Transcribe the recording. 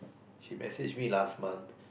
she message me last month